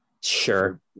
sure